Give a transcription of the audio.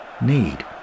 need